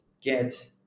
get